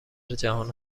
جهان